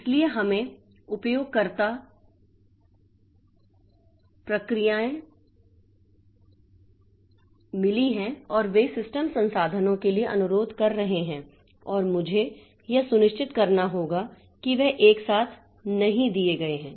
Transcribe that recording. इसलिए हमें कई उपयोगकर्ता प्रक्रियाएं मिली हैं और वे सिस्टम संसाधनों के लिए अनुरोध कर रहे हैं और मुझे यह सुनिश्चित करना होगा कि वे एक साथ नहीं दिए गए हैं